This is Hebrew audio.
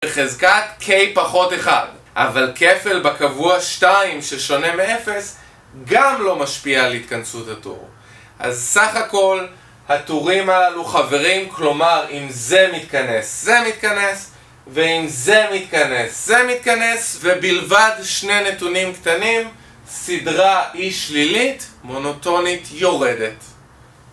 חזקת K פחות 1. אבל כפל בקבוע 2 ששונה מ-0, גם לא משפיע על התכנסות הטור. אז סך הכל, הטורים הללו חברים. כלומר, אם זה מתכנס, זה מתכנס; ואם זה מתכנס, זה מתכנס; ובלבד שני נתונים קטנים, סדרה אי שלילית מונוטונית יורדת.